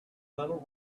little